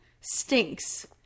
stinks